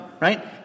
right